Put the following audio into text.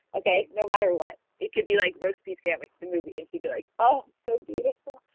okay, no matter what. it could be like, roast beef sandwich the movie and she'd be like, oh, so beautiful.